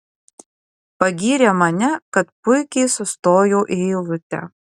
pagyrė mane kad puikiai sustoju į eilutę